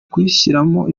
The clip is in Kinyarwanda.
kuyishyiramo